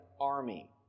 army